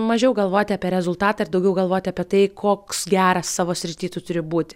mažiau galvoti apie rezultatą ir daugiau galvoti apie tai koks geras savo srity tu turi būti